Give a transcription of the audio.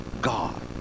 God